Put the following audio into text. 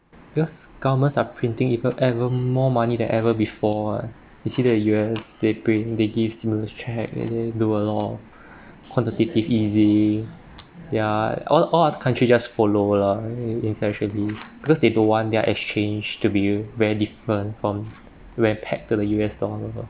because governments are printing even ever more money than ever before eh you see the U_S they print they give stimulus check and then do a lot quantitative easing ya all all other countries just follow lah essentially because they don't want their exchange to be very different from where pegged to the U_S dollar lor